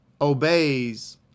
obeys